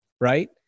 right